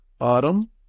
Autumn